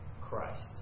Christ